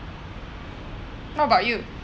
what about you